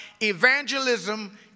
evangelism